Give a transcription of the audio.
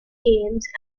games